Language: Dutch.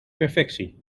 perfectie